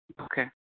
Okay